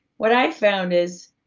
what i found is,